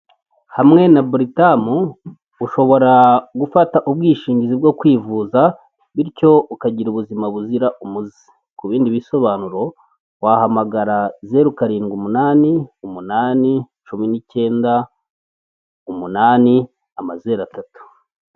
Hamwe na buritamu, ushobora gufata ubwishingizi bwo kwivuza, bityo ukagira ubuzima buzira umuze. Ku bindi bisobanuro, wahamagara zeru karindwi umunani umunani, cumi n'icyenda, umunani amazeru atatu.